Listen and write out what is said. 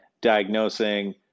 diagnosing